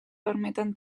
permeten